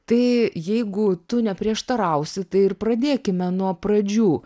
tai jeigu tu neprieštarausi tai ir pradėkime nuo pradžių